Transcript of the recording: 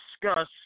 discuss